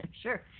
sure